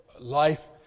life